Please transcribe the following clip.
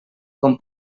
com